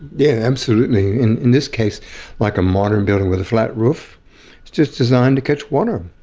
yeah absolutely, and in this case like a modern building with a flat roof, it's just designed to catch water.